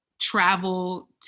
travel